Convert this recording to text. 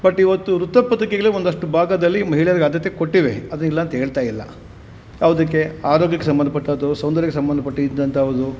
but ಇವತ್ತು ವೃತ್ತಪತ್ರಿಕೆಗಳೆ ಒಂದಷ್ಟು ಭಾಗದಲ್ಲಿ ಮಹಿಳೆಯರ್ಗೆ ಆದ್ಯತೆ ಕೊಟ್ಟಿವೆ ಅದ್ನ ಇಲ್ಲ ಅಂತ ಹೇಳ್ತಾ ಇಲ್ಲ ಯಾವುದಕ್ಕೆ ಆರೋಗ್ಯಕ್ಕೆ ಸಂಬಂಧಪಟ್ಟದ್ದು ಸೌಂದರ್ಯಕ್ಕೆ ಸಂಬಂಧಪಟ್ಟಿದ್ದಂಥವುದ್ದು